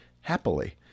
happily